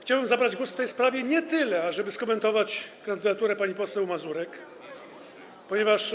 Chciałbym zabrać głos w tej sprawie nie tyle po to, ażeby skomentować kandydaturę pani poseł Mazurek, ponieważ